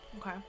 Okay